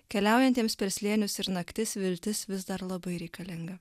keliaujantiems per slėnius ir naktis viltis vis dar labai reikalinga